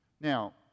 now